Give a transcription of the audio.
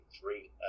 three